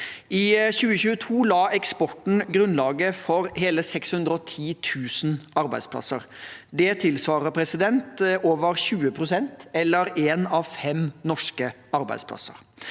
I 2022 la eksporten grunnlaget for hele 610 000 arbeidsplasser. Dette tilsvarer over 20 pst. – eller én av fem norske arbeidsplasser.